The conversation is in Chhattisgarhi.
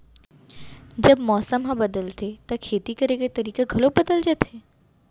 जब मौसम ह बदलथे त खेती करे के तरीका ह घलो बदल जथे?